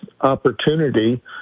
opportunity